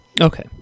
Okay